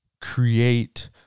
create